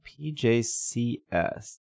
PJCS